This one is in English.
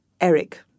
Eric